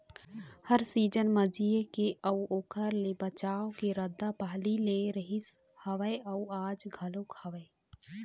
हर season म जीए के अउ ओखर ले बचाव के रद्दा पहिली ले रिहिस हवय अउ आज घलोक हवय